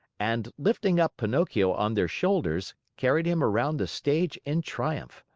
and, lifting up pinocchio on their shoulders, carried him around the stage in triumph.